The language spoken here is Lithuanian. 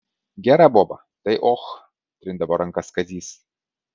gera boba tai och trindavo rankas kazys